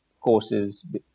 courses